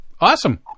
Awesome